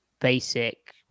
basic